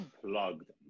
plugged